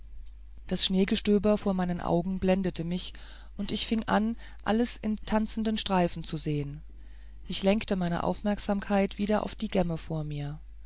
das schneegestöber vor meinen augen blendete mich und ich fing an alles in tanzenden streifen zu sehen ich lenkte meine aufmerksamkeit wieder auf die gemme vor mir